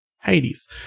Hades